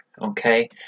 okay